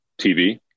TV